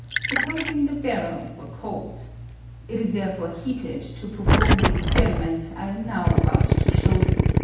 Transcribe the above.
supposing the barrel were cold it is therefore heated to perform the experiment i am now about to show you.